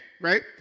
Right